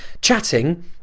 chatting